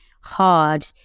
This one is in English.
hard